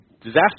disaster